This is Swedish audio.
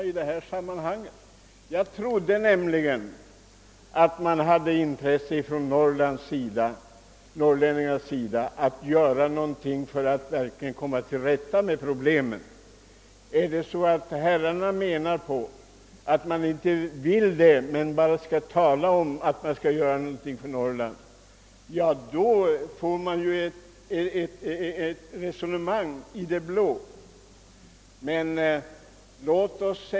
Jag tror att norrlänningarna har ett intresse av att man verkligen gör någonting för att komma till rätta med problemet. Förhåller det sig så att herrarna inte vill det utan bara vill tala om att man skall göra någonting för Norrland, för man ju ett resonemang i det blå.